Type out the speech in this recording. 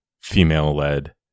female-led